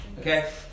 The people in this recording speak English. Okay